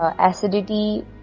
acidity